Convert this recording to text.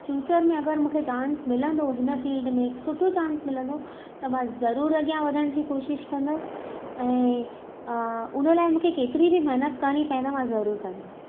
future में अगरि मूंखे चांस मिलंदो हिन फील्ड में हिकु सुठो चांस मिलंदो त मां ज़रूरु अॻियां वधण जी कोशिश कंदसि ऐं उन लाइ मूंखे केतरी बि महिनत करणी पए त मां ज़रूरु कंदसि